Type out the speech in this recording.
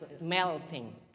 melting